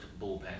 bullpen